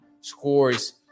scores